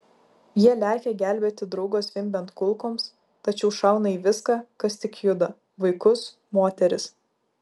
jie lekia gelbėti draugo zvimbiant kulkoms tačiau šauna į viską kas tik juda vaikus moteris